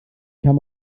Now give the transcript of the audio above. kann